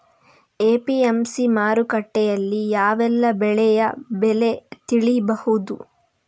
APMC ಮಾರುಕಟ್ಟೆಯಲ್ಲಿ ಯಾವೆಲ್ಲಾ ಬೆಳೆಯ ಬೆಲೆ ತಿಳಿಬಹುದು?